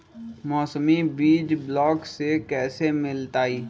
मौसमी बीज ब्लॉक से कैसे मिलताई?